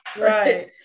right